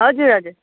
हजुर हजुर